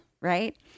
right